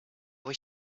was